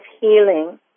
Healing